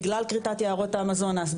בגלל כריתת יערות האמזונס,